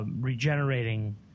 Regenerating